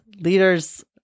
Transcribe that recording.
leaders